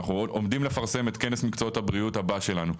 אנחנו עומדים לפרסם את כנס מקצועות הבריאות הבא שלנו.